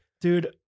dude